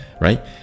right